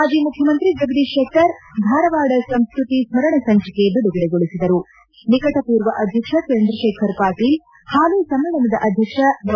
ಮಾಜಿ ಮುಖ್ಯಮಂತ್ರಿ ಜಗದೀಶ್ ಶೆಟ್ಟರ್ ಧಾರವಾಡ ಸಂಸ್ಕೃತಿ ಸ್ಕರಣ ಸಂಚಿಕೆ ಬಿಡುಗಡೆಗೊಳಿಸಿದರು ನಿಕಟಪೂರ್ವ ಅಧ್ಯಕ್ಷ ಚಂದ್ರಶೇಖರ ಪಾಟೀಲ್ ಹಾಲಿ ಸಮ್ಮೇಳನದ ಅಧ್ವಕ್ಷ ಡಾ